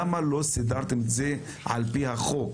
למה לא סידרתם את זה על פי חוק?